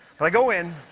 but i go in